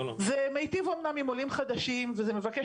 זה מיטיב אמנם עם עולים חדשים וזה מבקש